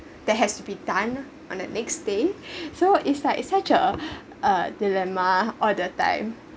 that has to be done on the next day so it's like such a uh dilemma all the time